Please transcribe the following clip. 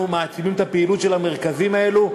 מעצימים את הפעילות של המרכזים האלו,